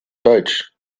deutsch